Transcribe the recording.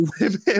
women